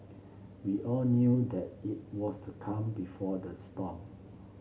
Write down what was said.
we all knew that it was the calm before the storm